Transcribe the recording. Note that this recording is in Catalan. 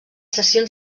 sessions